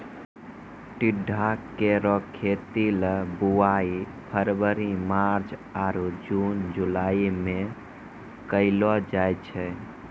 टिंडा केरो खेती ल बुआई फरवरी मार्च आरु जून जुलाई में कयलो जाय छै